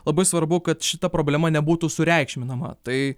labai svarbu kad šita problema nebūtų sureikšminama tai